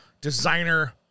designer